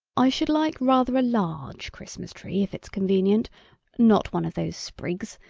i should like rather a large christmas tree, if it's convenient not one of those sprigs,